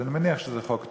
אז אני מניח שזה חוק טוב.